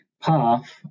path